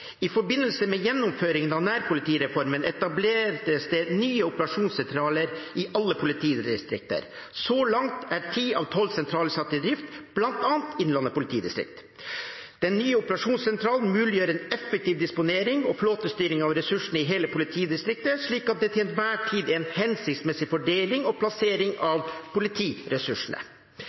I forbindelse med gjennomføringen av nærpolitireformen etableres det nye operasjonssentraler i alle politidistrikter. Så langt er ti av tolv sentraler satt i drift, bl.a. i Innlandet politidistrikt. Den nye operasjonssentralen muliggjør en effektiv disponering og flåtestyring av ressursene i hele politidistriktet, slik at det til enhver tid er en hensiktsmessig fordeling og plassering av politiressursene.